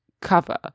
cover